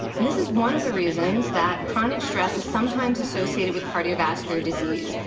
this is one of the reasons that chronic stress is sometimes associated with cardiovascular disease.